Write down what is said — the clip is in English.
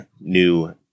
new